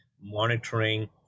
monitoring